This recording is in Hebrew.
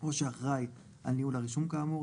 או שאחראי על ניהול הרישום כאמור,